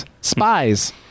spies